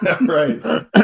right